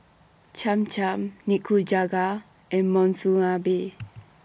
Cham Cham Nikujaga and Monsunabe